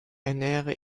ernähre